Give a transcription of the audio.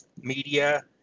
media